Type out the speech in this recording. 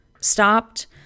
stopped